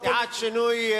סיעת שינוי,